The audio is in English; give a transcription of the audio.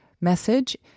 message